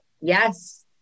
yes